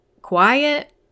quiet